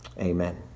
Amen